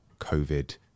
COVID